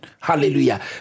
Hallelujah